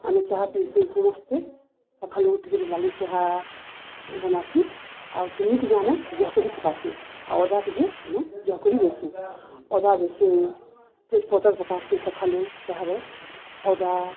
ଆମେ ଚାହା ପିଇସୁଁ ସମସ୍ତେ ସଖାଲୁ ଉଠିକରି ଲାଲି ଚାହା ବନାସି ଆଉ ଚିନି ଟିକେ ଆମେ ଝକରି ପକାସୁଁ ଆଉ ଅଦା ଟିକେ ଆମେ ଝକରି ଦେସୁଁ ଅଦା ଦେସୁଁ ଯେ ପତର ପକାସୁଁ ସଖାଲୁ ଚାହାରେ ଅଦା